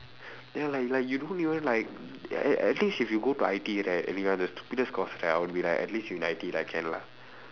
ya like like you don't even like at at least if you got to I_T_E right and you are in the stupidest course right I'll be like at least you in I_T_E lah can lah